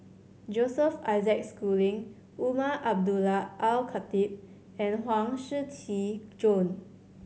Joseph Isaac Schooling Umar Abdullah Al Khatib and Huang Shiqi Joan